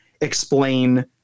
explain